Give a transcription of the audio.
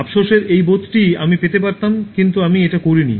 আফসোসের এই বোধটি আমি পেতে পারতাম কিন্তু আমি এটা করিনি